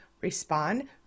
respond